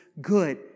good